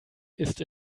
ist